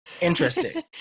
interesting